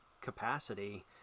capacity